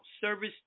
service